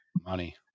Money